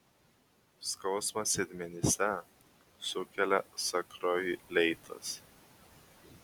skausmą sėdmenyse sukelia sakroileitas